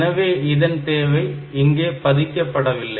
எனவே இதன் தேவை இங்கே பதிக்கப்படவில்லை